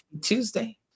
Tuesday